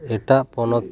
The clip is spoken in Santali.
ᱮᱴᱟᱜ ᱯᱚᱱᱚᱛ